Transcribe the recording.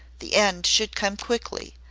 the end should come quickly,